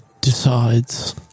decides